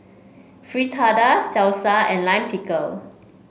Fritada Salsa and Lime Pickle